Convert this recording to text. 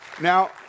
Now